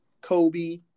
Kobe